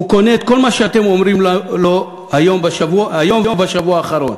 הוא קונה את כל מה שאתם אומרים לו היום ובשבוע האחרון.